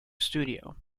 studio